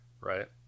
Right